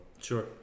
Sure